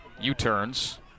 U-turns